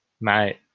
mate